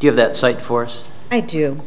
give that site forced i do